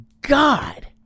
God